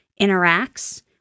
interacts